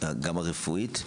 הרפואית,